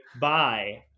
bye